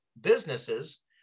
businesses